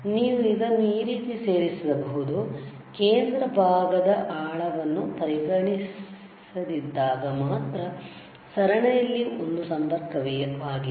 ನೀವು ಇದನ್ನು ಈ ರೀತಿ ಸೇರಿಸಬಹುದು ಕೇಂದ್ರ ಭಾಗದ ಆಳವನ್ನು ಪರಿಗಣಿಸದಿದ್ದಾಗ ಮಾತ್ರ ಸರಣಿಯಲ್ಲಿ ಒಂದು ಸಂಪರ್ಕವಾಗಿದೆ